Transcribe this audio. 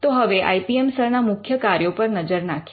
તો હવે I P M cell ના મુખ્ય કાર્યો પર નજર નાખીએ